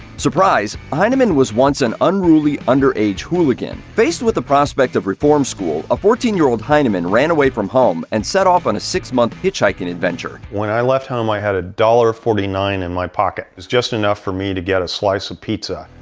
surprise! hyneman was once an unruly underage hooligan. faced with the prospect of reform school, a fourteen year old hyneman ran away from home, and set off on a six-month hitchhiking adventure. when i left home i had a dollar forty-nine in my pocket. it was just enough for me to get a slice of pizza.